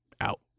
out